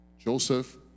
Joseph